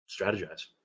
strategize